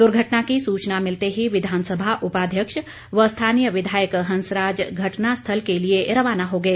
दुर्घटना की सूचना मिलते ही विधानसभा उपाध्यक्ष व स्थानीय विधायक हंस राज घटना स्थल के लिए रवाना हो गए